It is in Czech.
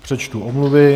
Přečtu omluvy.